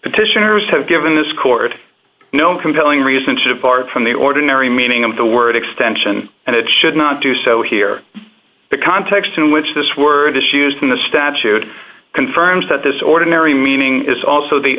petitioners have given this court no compelling reason to depart from the ordinary meaning of the word extension and it should not do so here the context in which this word is used in the statute confirms that this ordinary meaning is also the